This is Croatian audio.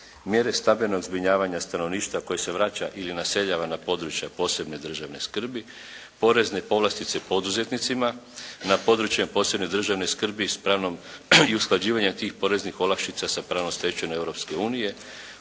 mjere stambenog zbrinjavanja stanovništva koji se vraća ili naseljava na područja od posebne državne skrbi, porezne povlastice poduzetnicima na područjima od posebne državne skrbi s pravnom i usklađivanja tih poreznih olakšica sa pravnom stečevinom